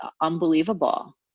unbelievable